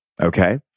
okay